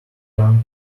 turned